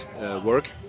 work